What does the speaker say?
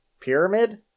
pyramid